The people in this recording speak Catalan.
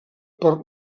per